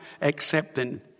accepting